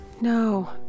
No